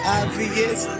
obvious